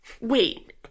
wait